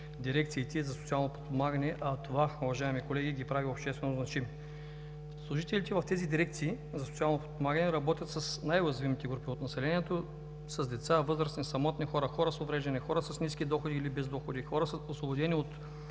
дирекциите за социално подпомагане, а това, уважаеми колеги, ги прави обществено значими. Служителите в тези дирекции за социално подпомагане работят с най-уязвимите групи от населението – с деца, възрастни, самотни хора, хора с увреждания, хора с ниски доходи или без доходи, хора, освободени от